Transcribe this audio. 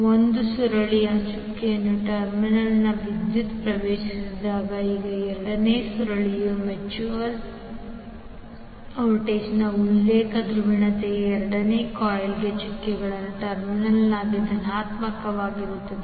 ಒಂದು ಸುರುಳಿಯ ಚುಕ್ಕೆಗಳ ಟರ್ಮಿನಲ್ಗೆ ವಿದ್ಯುತ್ ಪ್ರವೇಶಿಸಿದರೆ ಈಗ ಎರಡನೇ ಸುರುಳಿಯ ಮ್ಯೂಚುಯಲ್ ವೋಲ್ಟೇಜ್ನ ಉಲ್ಲೇಖ ಧ್ರುವೀಯತೆಯು ಎರಡನೇ ಕಾಯಿಲ್ನ ಚುಕ್ಕೆಗಳ ಟರ್ಮಿನಲ್ನಲ್ಲಿ ಧನಾತ್ಮಕವಾಗಿರುತ್ತದೆ